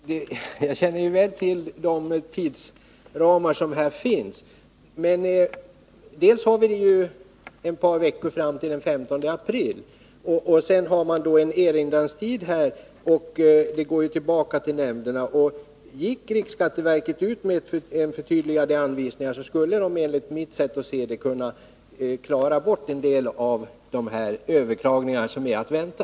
Fru talman! Jag känner väl till de tidsramar som finns. Men dels är det ett par veckor fram till den 15 april, dels har man en erinranstid. Om riksskatteverket gick ut med förtydligande anvisningar skulle man enligt mitt sätt att se kunna undvika en del av de överklaganden som annars är att vänta.